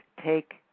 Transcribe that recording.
take